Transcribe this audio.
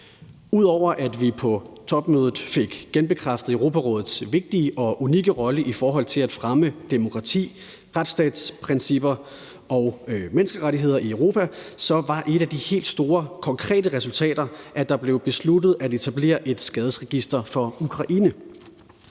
Ud over at vi på topmødet fik genbekræftet Europarådets vigtige og unikke rolle i forhold til at fremme demokrati, retsstatsprincipper og menneskerettigheder i Europa, var et af de helt store konkrete resultater, at det blev besluttet at etablere et skaderegister for Ukraine.